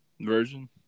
version